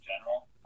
general